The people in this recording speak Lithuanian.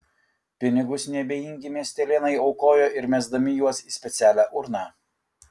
pinigus neabejingi miestelėnai aukojo ir mesdami juos į specialią urną